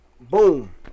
Boom